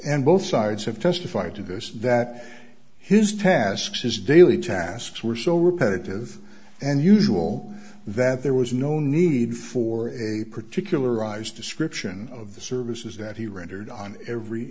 and both sides have testified to this that his tasks his daily tasks were so repetitive and usual that there was no need for a particular rise description of the services that he rendered on every